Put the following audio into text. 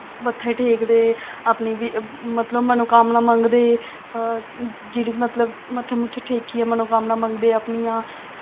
मत्थे टेकदे अपने बी मतलब मनोकामनां मंगदे जेह्ड़ी मतलब मत्थे मुत्थे टेकियै मनोकामनां मंगदे अपनियां